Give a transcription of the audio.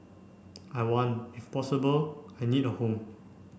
I want if possible I need a home